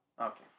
Okay